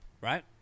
right